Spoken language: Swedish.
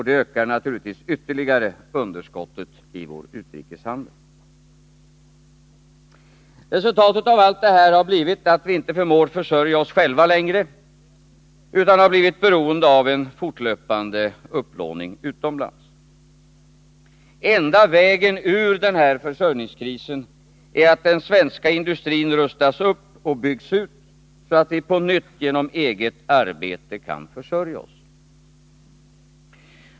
Det ökade naturligtvis ytterligare underskottet i vår utrikeshandel. Resultatet av allt detta har blivit att vi inte förmår försörja oss själva längre utan har blivit beroende av en fortlöpande upplåning utomlands. Enda vägen ur denna försörjningskris är att den svenska industrin rustas upp och byggs ut, så att vi på nytt genom eget arbete kan försörja oss.